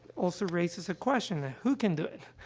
also raises a question who can do it? ah,